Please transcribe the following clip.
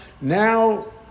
Now